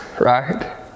right